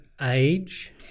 Age